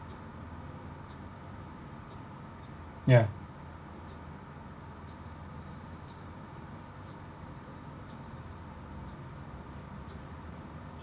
ya